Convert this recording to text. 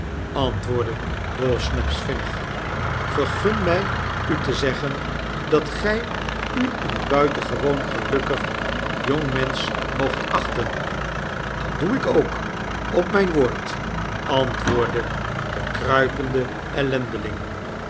antwoordde dawsnaps vinnig vergunmy u tezeggen dat gi u een buitengewoon gelukkig jongmensch moogt achten dat doe ikook op myn woord antwoordde de kruipende